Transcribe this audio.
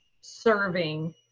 serving